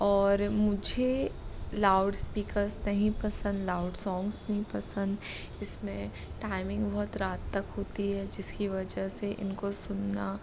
और मुझे लाउडस्पीकर्स नहीं पसंद लाउड सोंग्स नहीं पसंद इसमें टाइमिंग बहुत रात तक होती है जिसकी वजह से इनको सुनना